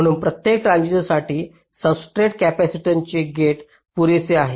म्हणून प्रत्येक ट्रान्झिस्टरसाठी सब्सट्रेट कपॅसिटन्सचे गेट पुरेसे आहे